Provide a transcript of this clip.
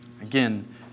Again